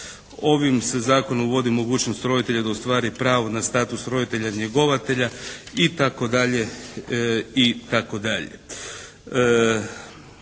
Ovim se Zakonom uvodi mogućnost roditelja da ostvari pravo na status roditelja njegovatelja itd.,